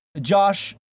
Josh